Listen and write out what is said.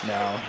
Now